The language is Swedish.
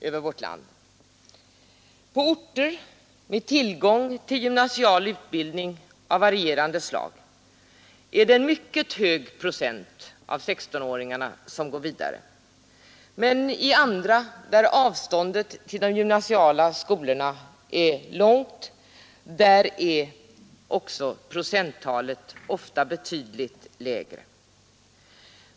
På Lokalisering av orter med tillgång till gymnasial utbildning av varierande slag går en viss gymnasial mycket hög procentandel av 16-åringarna vidare till gymnasieskolan. Men utbildning m.m. på andra orter, där avståndet till gymnasiala skolor är långt, är motsvarande procenttal ofta betydligt lägre.